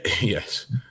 yes